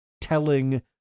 telling